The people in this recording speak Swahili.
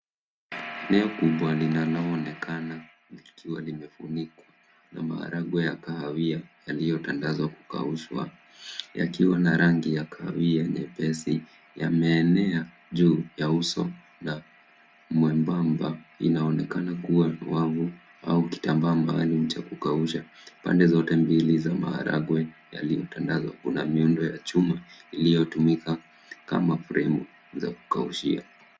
Eneo kubwa linaloonekana likiwa limefunikwa na maharagwe ya kahawia yaliyotandazwa kukauka yaliyo na rangi ya kahawia nyepesi yameenea juu ya uso na mwembamba inaonekana kuwa wavu au kitambaa maalum cha kukausha. pande zote mbili za maharage yaliyotandazwa kuna miundo ya chuma iliyotumika kama fremu za kukaushia.